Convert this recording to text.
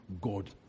God